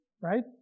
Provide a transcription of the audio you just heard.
right